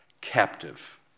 captive